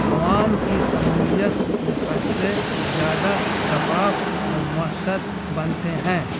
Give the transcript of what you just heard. عوام کی سمولیت سے فیصلے زیادہ شفاف اور موثر بنتے ہیں